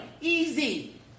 easy